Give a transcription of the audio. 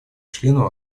членом